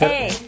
Hey